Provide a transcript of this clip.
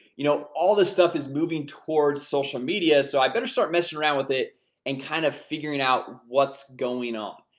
you know all this stuff is moving towards social media, so i better start messing around with it and kind of figuring out what's going on.